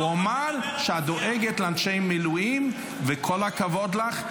הוא אמר שאת דואגת לאנשי המילואים וכל הכבוד לך.